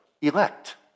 elect